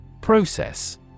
Process